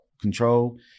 control